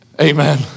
Amen